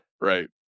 Right